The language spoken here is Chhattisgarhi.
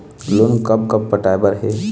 लोन कब कब पटाए बर हे?